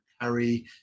Harry